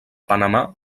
panamà